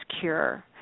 Cure